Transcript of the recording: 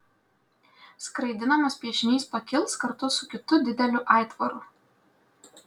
skraidinamas piešinys pakils kartu su kitu dideliu aitvaru